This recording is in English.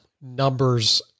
numbers